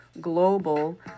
global